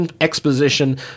exposition